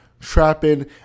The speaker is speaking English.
trapping